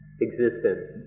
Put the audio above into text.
Existence